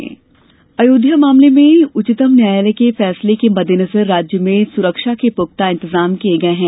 प्रदेश कानून व्यवस्था अयोध्या मामले में उच्चतम न्यायालय के फैसले के मददेनजर राज्य में सुरक्षा के पुख्ता इंतजाम किये गये हैं